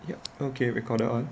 ya okay recorder on